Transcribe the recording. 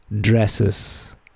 dresses